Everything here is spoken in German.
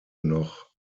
noch